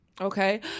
okay